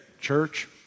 church